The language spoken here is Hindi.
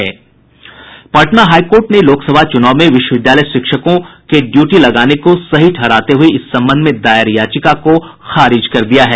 पटना हाईकोर्ट ने लोकसभा चुनाव में विश्वविद्यालय शिक्षकों के ड्यूटी लगाने को सही ठहराते हुए इस संबंध में दायर याचिका को खारिज कर दिया है